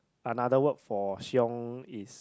another word for shiong is